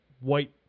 white